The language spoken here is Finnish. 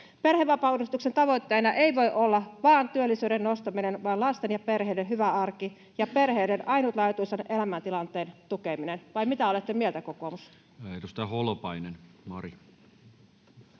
Perhevapaauudistuksen tavoitteena ei voi olla vain työllisyyden nostaminen vaan lasten ja perheiden hyvä arki ja perheiden ainutlaatuisen elämäntilanteen tukeminen. Vai mitä olette mieltä, kokoomus? [Speech 113]